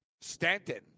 Stanton